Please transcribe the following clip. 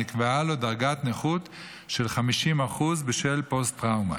שנקבעה לו דרגת נכות של 50% בשל פוסט-טראומה,